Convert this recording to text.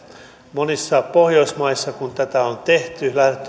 monissa pohjoismaissa kun tätä on tehty lähdetty viemään eteenpäin ensin